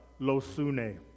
losune